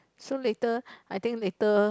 so later I think later